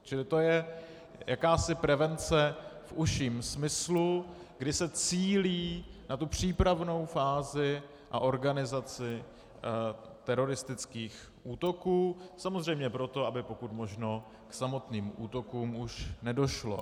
Čili to je jakási prevence v užším smyslu, kdy se cílí na tu přípravnou fázi a organizaci teroristických útoků, samozřejmě proto, aby pokud možno k samotným útokům už nedošlo.